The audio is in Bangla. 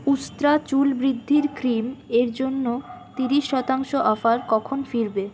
উস্ত্রা চুল বৃদ্ধির ক্রিম এর জন্য তিরিশ শতাংশ অফার কখন ফিরবে